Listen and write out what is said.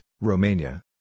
Romania